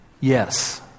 Yes